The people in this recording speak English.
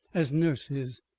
as nurses,